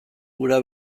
hura